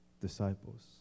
disciples